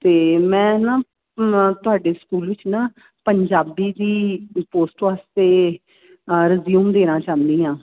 ਅਤੇ ਮੈਂ ਨਾ ਤੁਹਾਡੇ ਸਕੂਲ ਵਿੱਚ ਨਾ ਪੰਜਾਬੀ ਦੀ ਪੋਸਟ ਵਾਸਤੇ ਰਿਜ਼ਿਊਮ ਦੇਣਾ ਚਾਹੁੰਦੀ ਹਾਂ